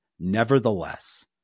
Nevertheless